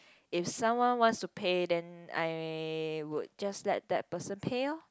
if someone wants to pay then I would just let that person pay oh